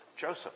Joseph